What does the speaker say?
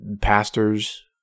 Pastors